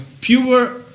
pure